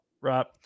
Right